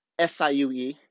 SIUE